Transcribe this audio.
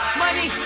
money